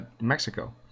Mexico